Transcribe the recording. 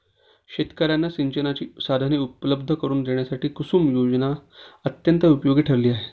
शेतकर्यांना सिंचनाची साधने उपलब्ध करून देण्यासाठी कुसुम योजना अत्यंत उपयोगी ठरली आहे